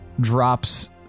drops